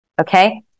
Okay